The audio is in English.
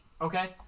Okay